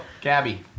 Gabby